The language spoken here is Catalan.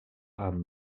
amb